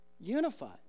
Unified